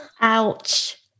Ouch